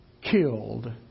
killed